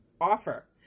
offer